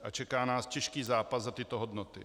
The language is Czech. A čeká nás těžký zápas za tyto hodnoty.